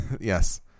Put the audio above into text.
yes